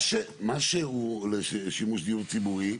מה שהוא לשימוש של דיור ציבורי.